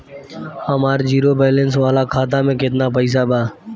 हमार zero balance वाला खाता में केतना पईसा बा?